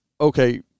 okay